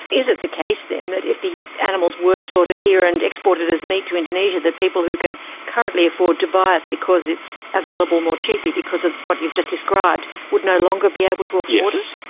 is it the case then, that if the animals were slaughtered here and exported as meat to indonesia, the people who can currently afford to buy it because it's available more cheaply because of what you've just described, would no longer be able to afford it?